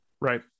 Right